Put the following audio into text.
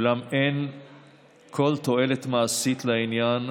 אולם אין כל תועלת מעשית לעניין.